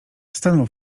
stanął